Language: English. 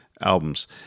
albums